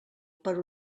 per